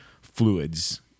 fluids